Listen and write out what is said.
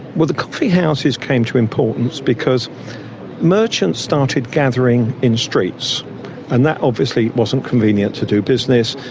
well the coffee houses came to importance because merchants started gathering in streets and that obviously wasn't convenient to do business,